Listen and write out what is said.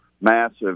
massive